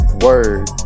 word